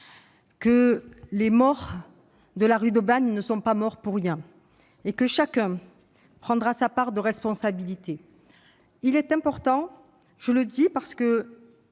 que les morts de la rue d'Aubagne ne sont pas morts pour rien et que chacun prendra sa part de responsabilité. Pendant sept mois- et